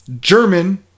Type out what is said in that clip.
German